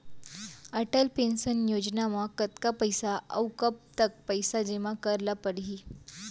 Atal pension Yojana म कतका पइसा, अऊ कब तक पइसा जेमा करे ल परही?